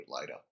later